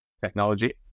technology